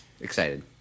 excited